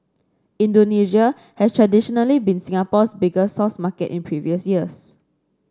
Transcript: Indonesia has traditionally been Singapore's biggest source market in previous years